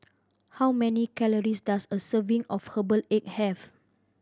how many calories does a serving of herbal egg have